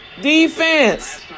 defense